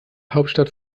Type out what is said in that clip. hauptstadt